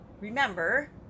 remember